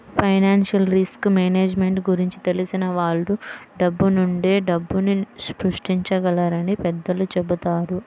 financial risk management గురించి తెలిసిన వాళ్ళు డబ్బునుంచే డబ్బుని సృష్టించగలరని పెద్దలు చెబుతారు